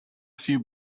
few